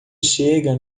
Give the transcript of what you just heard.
chega